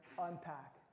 unpack